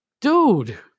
Dude